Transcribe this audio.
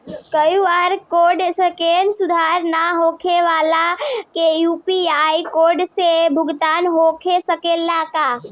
QR code scan सुविधा ना होखे वाला के यू.पी.आई कोड से भुगतान हो सकेला का?